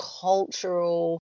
cultural